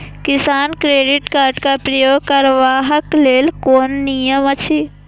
किसान credit card क प्रयोग करबाक लेल कोन नियम अछि?